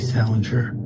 Salinger